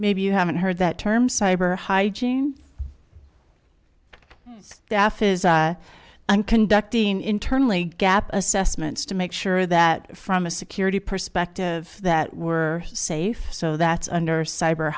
maybe you haven't heard that term cyber hygiene so i'm conducting internally gap assessments to make sure that from a security perspective that we're safe so that under cyber